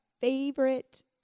favorite